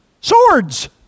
Swords